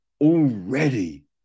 already